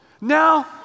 Now